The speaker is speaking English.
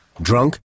drunk